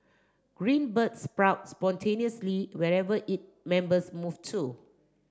Green Bird sprout spontaneously wherever it members move to